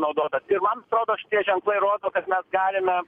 naudotas ir man atrodo šitie ženklai rodo kad mes galime